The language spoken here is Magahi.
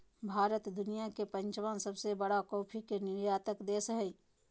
भारत दुनिया के पांचवां सबसे बड़ा कॉफ़ी के निर्यातक देश हइ